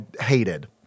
hated